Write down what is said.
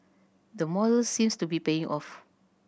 the model seems to be paying off